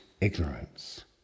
ignorance